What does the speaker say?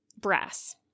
brass